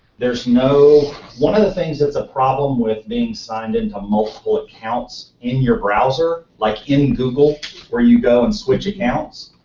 there's no, one of the things that's a problem with being signed in to multiple accounts in your browser, like in google where you go and switch accounts.